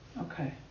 Okay